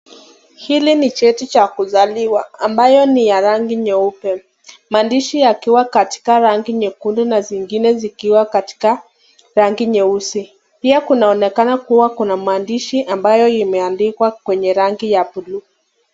Hili ni cheti cha kuzaliwa ambayo ni ya rangi nyeupe, maandishi yakiwa katika rangi nyekundu na zingine zikiwa katika rangi nyeusi . Pia kunaoneka kuwa kuna mandiishi ambayo imeandikwa kwenye rangi ya blue .